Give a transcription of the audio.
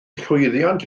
llwyddiant